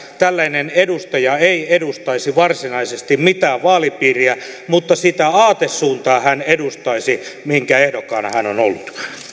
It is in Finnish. tällainen edustaja ei edustaisi varsinaisesti mitään vaalipiiriä mutta sitä aatesuuntaa hän edustaisi minkä ehdokkaana hän on ollut